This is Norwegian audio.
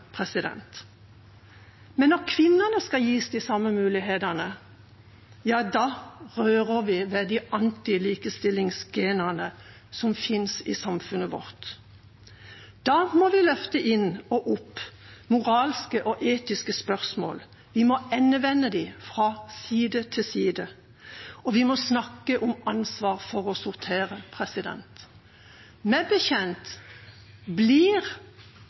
Men når kvinnene skal gis de samme mulighetene, ja, da rører vi ved de antilikestillingsgenene som finnes i samfunnet vårt. Da må vi løfte opp moralske og etiske spørsmål, endevende dem fra side til side, og vi må snakke om ansvaret for å sortere. Meg bekjent blir